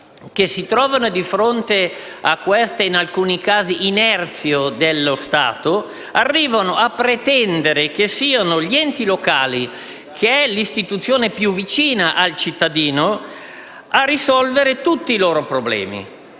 che si trovano di fronte a queste - in alcuni casi - inerzie dello Stato, arrivano a pretendere che siano gli enti locali, che sono le istituzioni più vicine al cittadino, a risolvere tutti i loro problemi.